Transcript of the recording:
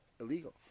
illegal